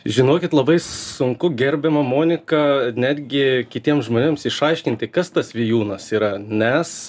žinokit labai sunku gerbiama monika netgi kitiems žmonėms išaiškinti kas tas vijūnas yra nes